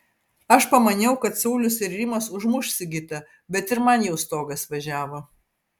aš pamaniau kad saulius ir rimas užmuš sigitą bet ir man jau stogas važiavo